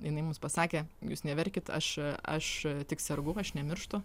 jinai mums pasakė jūs neverkit aš aš tik sergu aš nemirštu